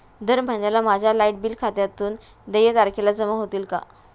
दर महिन्याला माझ्या लाइट बिल खात्यातून देय तारखेला जमा होतील का?